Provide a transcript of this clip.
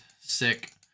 Sick